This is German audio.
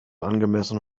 angemessen